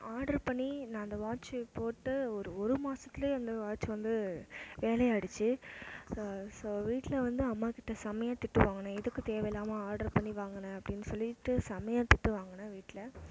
order பண்ணி நான் அந்த வாட்ச் போட்டு ஒரு ஒரு மாதத்துலே அந்த வாட்ச் வந்து ஆகிடுச்சி ஸோ வீட்டில் வந்து அம்மாகிட்டே செமையாக திட்டு வாங்கினேன் எதுக்கு தேவை இல்லாமல் ஆடர் பண்ணி வாங்கின அப்படின்னு சொல்லிட்டு செமையாக திட்டு வாங்கினேன் வீட்டில்